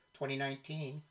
2019